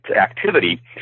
activity